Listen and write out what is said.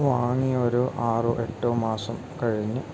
വാങ്ങിയ ഒരു ആറോ എട്ടോ മാസം കഴിഞ്ഞു